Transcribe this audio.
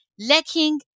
lacking